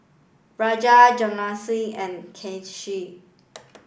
Raja Jahangir and Kanshi